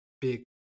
big